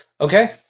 Okay